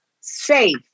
safe